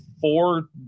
four